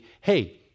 hey